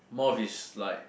more of his like